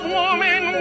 woman